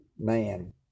Man